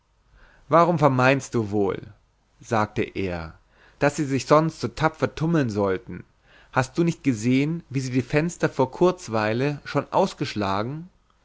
warum vermeinst du wohl sagte er daß sie sich sonst so tapfer tummlen sollten hast du nicht gesehen wie sie die fenster vor kurzweile schon ausgeschlagen